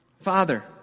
father